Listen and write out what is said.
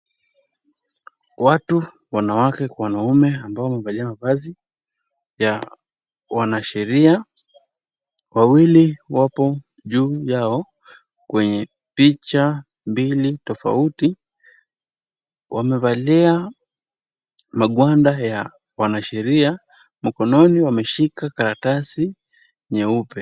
Watu wanawake kwa wanaume ambao wamevalia mavazi ya wanasheria. Wawili wapo juu yao kwenye picha mbili tofauti. Wamevalia magwanda ya wanasheria, mkononi wameshika karatasi nyeupe.